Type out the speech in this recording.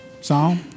song